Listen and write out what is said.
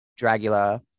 Dragula